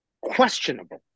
questionable